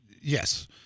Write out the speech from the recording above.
yes